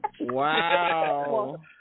Wow